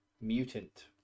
mutant